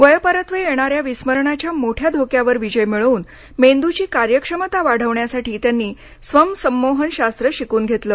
वयपरत्वे येणाऱ्या विस्मरणाच्या मोठ्या धोक्यावर विजय मिळवून मेंदूची कार्यक्षमता वाढवण्यासाठी त्यांनी श्याम मानव यांच्याकडून स्वसंमोहन शास्त्र शिकून घेतले